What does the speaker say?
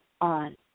on